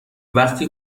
وقتی